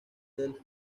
del